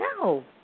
No